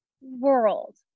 world